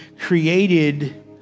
created